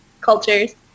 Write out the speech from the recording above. cultures